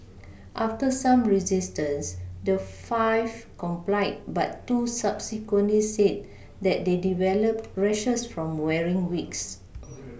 after some resistance the five complied but two subsequently said that they developed rashes from wearing wigs